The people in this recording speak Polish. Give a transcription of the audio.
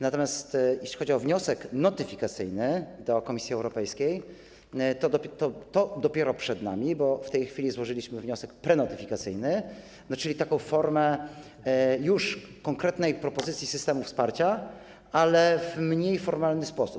Natomiast jeśli chodzi o wniosek notyfikacyjny do Komisji Europejskiej, to jest to dopiero przed nami, bo w tej chwili złożyliśmy wniosek prenotyfikacyjny, czyli formę już konkretnej propozycji systemu wsparcia, ale w mniej formalny sposób.